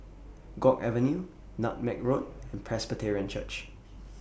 Guok Avenue Nutmeg Road and Presbyterian Church